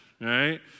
right